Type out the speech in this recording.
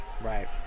Right